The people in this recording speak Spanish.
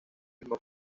mismo